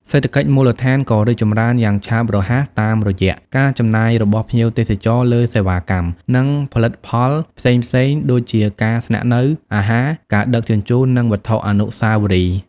សេដ្ឋកិច្ចមូលដ្ឋានក៏រីកចម្រើនយ៉ាងឆាប់រហ័សតាមរយៈ ការចំណាយរបស់ភ្ញៀវទេសចរ លើសេវាកម្ម និងផលិតផលផ្សេងៗ ដូចជាការស្នាក់នៅ អាហារ ការដឹកជញ្ជូន និងវត្ថុអនុស្សាវរីយ៍។